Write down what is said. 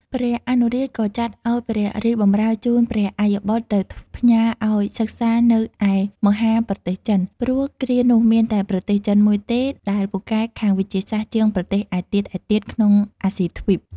ព្រះអនុរាជ ក៏ចាត់ឲ្យព្រះរាជបម្រើជូនព្រះអយ្យបុត្រទៅផ្ញើឲ្យសិក្សានៅឯមហាប្រទេសចិន ព្រោះគ្រានោះមានតែប្រទេសចិនមួយទេ ដែលពូកែខាងវិទ្យាសាស្ត្រជាងប្រទេសឯទៀតៗ ក្នុងអាស៊ីទ្វីប ។